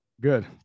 Good